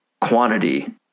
quantity